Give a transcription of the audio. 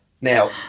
Now